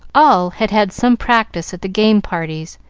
all had had some practice at the game parties,